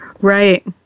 Right